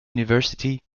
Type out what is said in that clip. university